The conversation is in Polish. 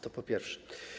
To po pierwsze.